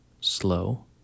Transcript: slow